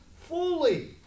fully